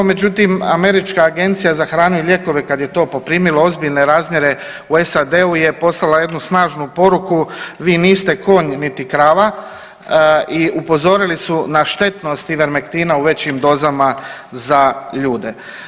Međutim, Američka agencija za hranu i lijekove kada je to poprimilo ozbiljne razmjere u SAD-u je poslala jednu snažnu poruku – vi niste konj niti krava – i upozorili su na štetnost Ivermektina u većim dozama za ljude.